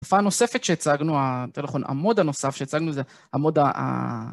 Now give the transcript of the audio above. תופעה נוספת שהצגנו יותר נכון המוד הנוסף שהצגנו זה המוד ה...